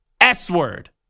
S-word